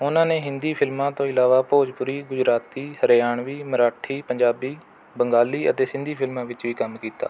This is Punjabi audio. ਉਨ੍ਹਾਂ ਨੇ ਹਿੰਦੀ ਫਿਲਮਾਂ ਤੋਂ ਇਲਾਵਾ ਭੋਜਪੁਰੀ ਗੁਜਰਾਤੀ ਹਰਿਆਣਵੀ ਮਰਾਠੀ ਪੰਜਾਬੀ ਬੰਗਾਲੀ ਅਤੇ ਸਿੰਧੀ ਫਿਲਮਾਂ ਵਿੱਚ ਵੀ ਕੰਮ ਕੀਤਾ